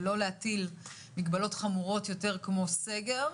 ולא להטיל מגבלות חמורות יותר כמו סגר,